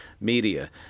media